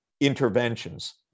interventions